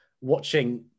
watching